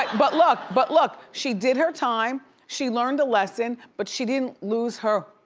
but but look, but look, she did her time, she learned a lesson, but she didn't lose her